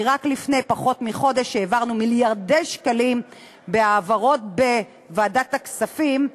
כי רק לפני פחות מחודש העברנו מיליארדי שקלים בהעברות בוועדת הכספים,